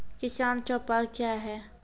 किसान चौपाल क्या हैं?